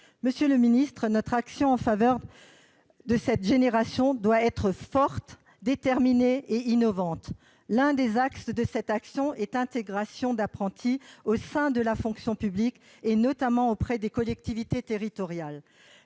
comptes publics, notre action en faveur de cette génération doit être forte, déterminée et innovante. L'un de ses axes est l'intégration d'apprentis au sein de la fonction publique, notamment auprès des collectivités territoriales.